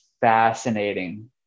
fascinating